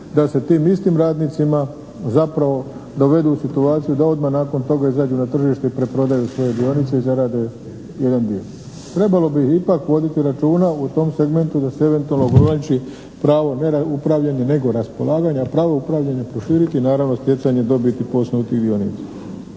da se tim istim radnicima zapravo dovedu u situaciju da odmah nakon toga izađu na tržište i preprodaju svoje dionice i zarade jedan dio. Trebalo bi ipak voditi računa u tom segmentu da se eventualno ograniči pravo ne na upravljanje nego raspolaganja, pravo upravljanja proširiti naravno stjecanje dobiti …/Govornik